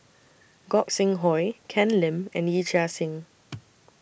Gog Sing Hooi Ken Lim and Yee Chia Hsing